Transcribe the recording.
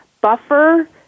Buffer